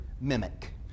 mimic